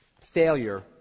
Failure